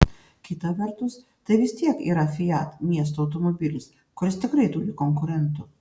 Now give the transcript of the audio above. kita vertus tai vis tiek yra fiat miesto automobilis kuris tikrai turi konkurentų